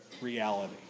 reality